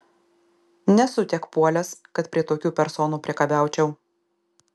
nesu tiek puolęs kad prie tokių personų priekabiaučiau